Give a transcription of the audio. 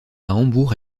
hambourg